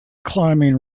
climbing